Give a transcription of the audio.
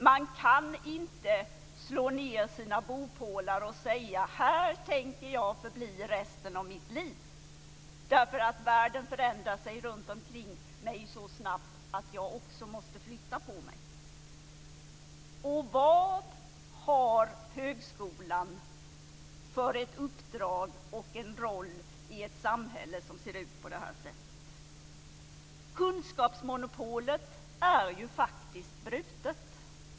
Man kan inte slå ned sina bopålar och säga att här tänker jag förbli resten av mitt liv, därför att världen runtomkring mig förändras så snabbt att jag också måste flytta på mig. Vad har högskolan för uppdrag och roll i ett samhälle som ser ut på det här sättet? Kunskapsmonopolet är ju faktiskt brutet.